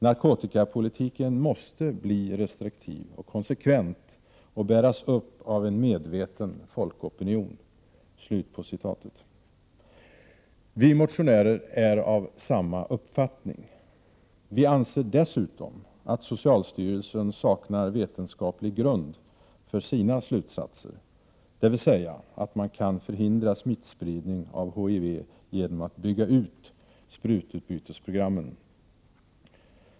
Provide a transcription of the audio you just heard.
Narkotikapolitiken måste bli restriktiv och konsekvent och bäras upp av en medveten folkopinion.” Vi motionärer är av samma uppfattning. Vi anser dessutom att socialstyrelsen saknar vetenskaplig grund för sina slutsatser, dvs. att man kan förhindra smittspridning av HIV genom att bygga ut sprututbytesprogrammen.